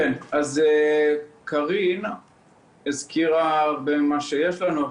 קרין כבר הזכירה חלק,